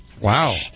Wow